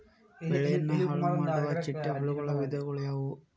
ಬೆಳೆನ ಹಾಳುಮಾಡುವ ಚಿಟ್ಟೆ ಹುಳುಗಳ ವಿಧಗಳು ಯಾವವು?